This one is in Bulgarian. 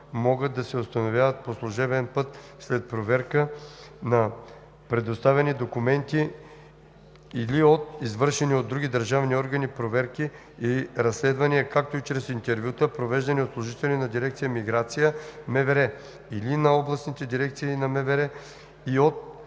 могат да се установяват по служебен път, след проверка на представени документи или от извършени от други държавни органи проверки и разследвания, както и чрез интервюта, провеждани от служители на дирекция „Миграция“ – МВР, или на областните дирекции на МВР и от